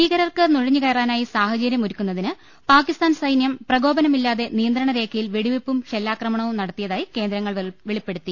ഭീകരർക്ക് നുഴഞ്ഞുകയറാനായി സാഹ ചര്യം ഒരുക്കുന്നതിന് പാക്കിസ്ഥാൻ സൈന്യം പ്രകോപ്പനമില്ലാതെ നിയന്ത്രണ രേഖയിൽ വെടിവെപ്പും ഷെല്ലാക്രമണവും നടത്തിയതായി കേന്ദ്രങ്ങൾ വെളി പ്പെടുത്തി